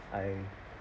i